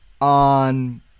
on